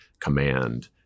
Command